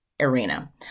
arena